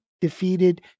defeated